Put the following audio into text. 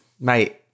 Mate